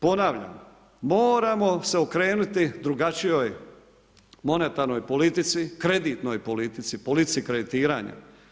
Ponavljam, moramo se okrenuti drugačijoj monetarnoj politici, kreditnoj politici, politici kreditiranja.